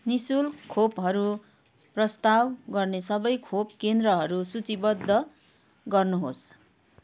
नि शुल्क खोपहरू प्रस्ताव गर्ने सबै खोप केन्द्रहरू सूचीबद्ध गर्नुहोस्